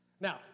now